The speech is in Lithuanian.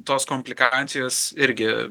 tos komplikacijos irgi